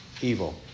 evil